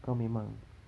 kau memang